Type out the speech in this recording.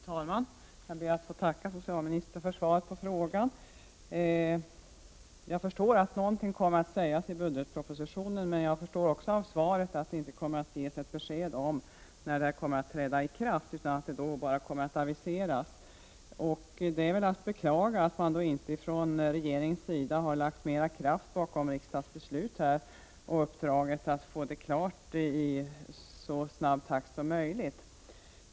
Herr talman! Jag ber att få tacka socialministern för svaret på frågan. Jag förstår av svaret att någonting kommer att sägas i budgetpropositionen men också att det inte kommer att ges besked om när förslaget träder i kraft utan att det bara aviseras. Det är att beklaga att regeringen inte har lagt mera kraft på riksdagens uppdrag och gjort det klart i så snabb takt som möjligt.